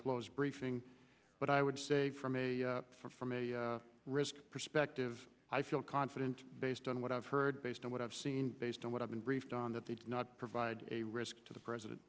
closed briefing but i would say from a from a risk perspective i feel confident based on what i've heard based on what i've seen based on what i've been briefed on that they did not provide a risk to the president